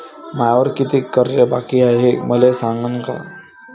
मायावर कितीक कर्ज बाकी हाय, हे मले सांगान का?